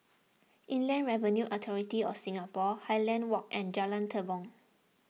Inland Revenue Authority of Singapore Highland Walk and Jalan Tepong